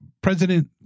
President